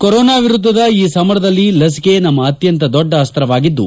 corona ವಿರುದ್ಧದ ಈ ಸಮರದಲ್ಲಿ ಲಭಿಕೆ ನಮ್ಮ ಅತ್ಯಂತ ದೊಡ್ಡ ಅಸ್ತವಾಗಿದ್ದು